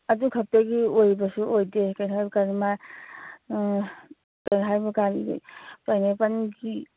ꯑꯗꯨ ꯈꯛꯇꯒꯤ ꯑꯣꯏꯕꯁꯨ ꯑꯣꯏꯗꯦ ꯀꯩꯅꯣ ꯍꯥꯏꯕꯀꯥꯟꯗ ꯀꯩꯅꯣ ꯍꯥꯏꯕꯀꯥꯟꯗꯗꯤ ꯄꯥꯏꯟꯑꯦꯄꯜꯒꯤ